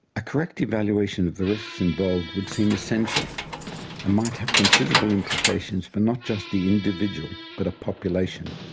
a correct evaluation of the risks involved would seem essential and might have considerable implications for not just the individual but a population.